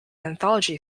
anthology